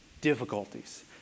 difficulties